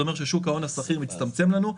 זה אומר ששוק ההון הסחיר מצטמצם לנו.